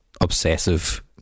obsessive